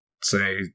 say